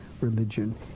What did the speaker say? religion